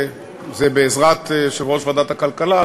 בעזרת יושב-ראש ועדת הכלכלה,